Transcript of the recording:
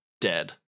dead